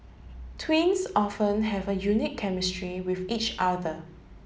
twins often have a unique chemistry with each other